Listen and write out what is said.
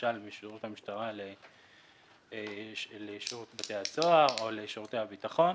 למשל משירות המשטרה לשירות בתי הסוהר או לשירותי הביטחון,